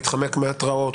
מתחמק מהתרעות,